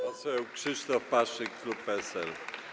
Poseł Krzysztof Paszyk, klub PSL.